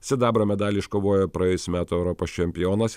sidabro medalį iškovojo praėjusių metų europos čempionas